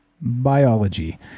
Biology